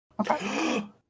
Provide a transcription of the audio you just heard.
Okay